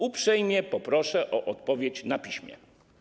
Uprzejmie proszę o odpowiedź na piśmie.